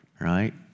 right